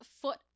foot